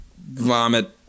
vomit